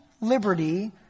liberty